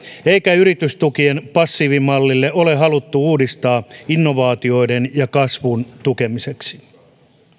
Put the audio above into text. eikä yritystukien passiivimallia ole ole haluttu uudistaa innovaatioiden ja kasvun tukemiseksi